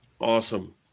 Awesome